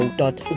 dot